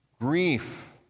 grief